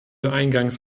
eingangs